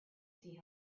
see